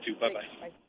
Bye-bye